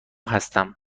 هستم